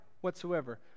whatsoever